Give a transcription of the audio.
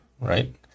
right